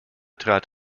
trat